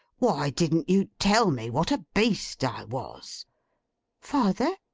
why didn't you tell me what a beast i was father?